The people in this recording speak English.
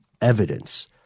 evidence